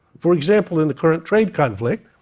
for example, in the current trade conflict,